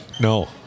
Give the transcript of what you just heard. No